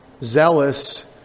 Zealous